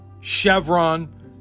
Chevron